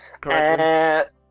correct